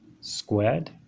squared